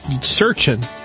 searching